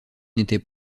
n’était